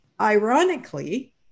ironically